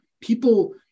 people